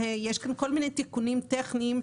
שיש כאן כל מיני תיקונים טכניים,